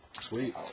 Sweet